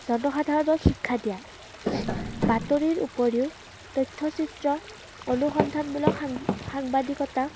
জনসাধাৰণক শিক্ষা দিয়া বাতৰিৰ উপৰিও তথ্য চিত্ৰ অনুসন্ধানমূলক সাং সাংবাদিকতা